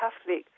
Catholic